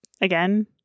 again